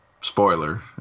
Spoiler